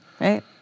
right